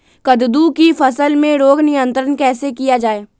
कददु की फसल में रोग नियंत्रण कैसे किया जाए?